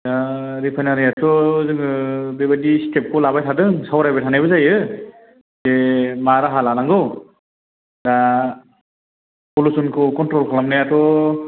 दा रिफाइनारियाथ' जोङो बेबायदि स्टेपखौ लाबाय थादों सावरायबाय थानायबो जायो बे मा राहा लानांगौ दा पलुसनखौ कन्ट्रल खालामनायाथ'